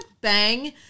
bang